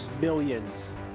Millions